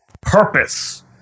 Purpose